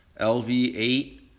LV8